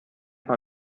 paar